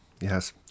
yes